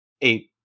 eight